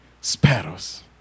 sparrows